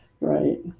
right